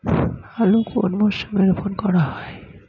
আলু কোন মরশুমে রোপণ করা হয়?